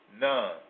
None